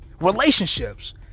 Relationships